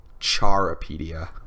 Charapedia